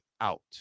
out